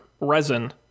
resin